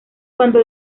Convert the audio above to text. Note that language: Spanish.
cuando